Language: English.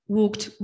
walked